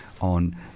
on